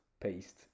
paste